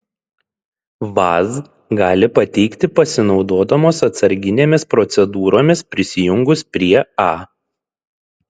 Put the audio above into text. vaz gali pateikti pasinaudodamos atsarginėmis procedūromis prisijungus prie a